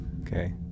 Okay